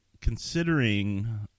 Considering